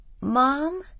Mom